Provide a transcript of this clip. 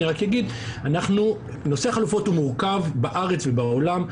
אני רק אגיד שנושא החלופות הוא מורכב בארץ ובעולם,